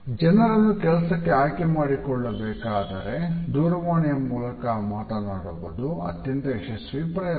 ಜನರನ್ನು ಕೆಲಸಕ್ಕೆ ಆಯ್ಕೆ ಮಾಡಿಕೊಳ್ಳಬೇಕಾದರೆ ದೂರವಾಣಿಯ ಮೂಲಕ ಮಾಡುವುದು ಅತ್ಯಂತ ಯಶಸ್ವಿ ಪ್ರಯತ್ನ